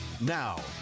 now